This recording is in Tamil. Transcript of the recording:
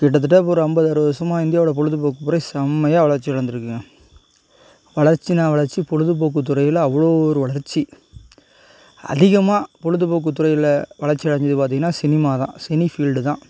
கிட்டத்தட்ட ஒரு ஐம்பது அறுபது வருஷமாக இந்தியாவோட பொழுதுபோக்குத்துறை செம்மையாக வளர்ச்சி அடைந்துருக்குங்க வளர்ச்சின்னா வளர்ச்சி பொழுதுபோக்குத்துறையில் அவ்வளோ ஒரு வளர்ச்சி அதிகமாக பொழுதுபோக்குத்துறையில் வளர்ச்சியடைஞ்சது பார்த்திங்கனா சினிமா தான் சினி ஃபீல்டு தான்